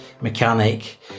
mechanic